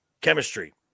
chemistry